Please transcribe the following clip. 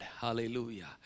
hallelujah